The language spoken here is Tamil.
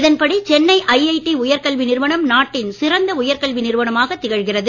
இதன்படி சென்னை ஐஐடி உயர்கல்வி நிறுவனம் நாட்டின் சிறந்த உயர்கல்வி நிறுவனமாகத் திகழ்கிறது